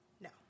No